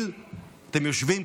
אתם יושבים?